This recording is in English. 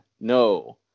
No